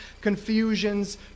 confusions